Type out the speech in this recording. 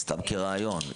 סתם כרעיון,